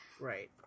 Right